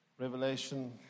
Revelation